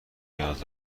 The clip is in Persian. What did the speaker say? نیاز